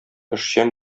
эшчән